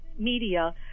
Media